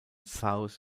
south